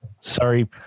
Sorry